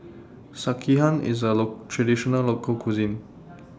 Sekihan IS A Traditional Local Cuisine